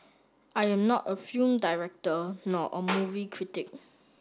I am not a film director nor a movie critic